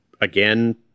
again